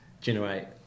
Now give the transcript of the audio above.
generate